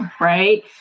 right